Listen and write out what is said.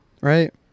right